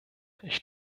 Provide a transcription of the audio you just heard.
ich